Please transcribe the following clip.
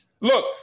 Look